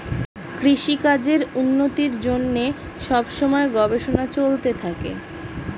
কৃষিকাজের উন্নতির জন্যে সব সময়ে গবেষণা চলতে থাকে